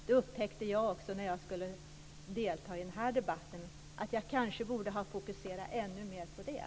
Jag upptäckte när jag skulle delta i den här debatten att jag kanske borde ha fokuserat ännu mer på det.